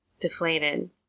deflated